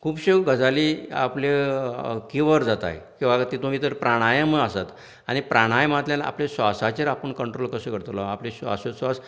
खुबश्यो गजाली ह्यो आपल्यो क्युअर जाताय किंवां तातूंत भितर प्राणायम आसात आनी प्राणायमांतल्यान आपल्या श्वासांचेर आपूण कंन्ट्रोल कसो करतलो आपले श्वासोश्वास